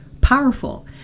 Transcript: powerful